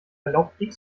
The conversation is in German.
erlaubt